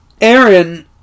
Aaron